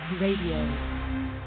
Radio